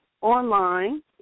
online